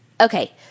Okay